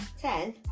Ten